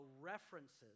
references